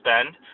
spend